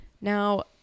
Now